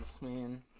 man